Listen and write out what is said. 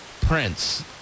Prince